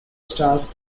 stars